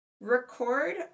record